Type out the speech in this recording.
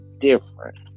different